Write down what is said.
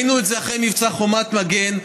ראינו את זה אחרי מבצע חומת מגן,